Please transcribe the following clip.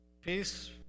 Peace